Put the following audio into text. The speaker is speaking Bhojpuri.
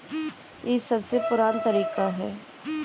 ई सबसे पुरान तरीका हअ